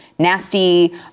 Nasty